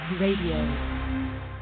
Radio